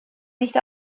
nicht